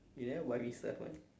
you never buy me stuff [one]